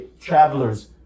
Travelers